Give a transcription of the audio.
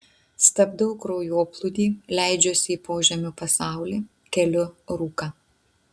stabdau kraujoplūdį leidžiuosi į požemių pasaulį keliu rūką